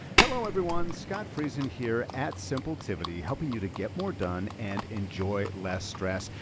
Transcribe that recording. hello everyone, scott friesen here at simpletivity, helping you to get more done and enjoy less stress.